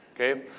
okay